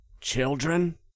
Children